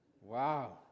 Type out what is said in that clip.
Wow